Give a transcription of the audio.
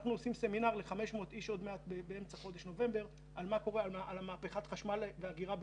שאנחנו עושים עוד מעט סמינר ל-500 איש על מהפכת החשמל והאגירה בישראל.